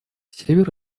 север